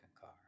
car